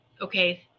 okay